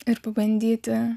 ir pabandyti